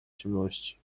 ciemności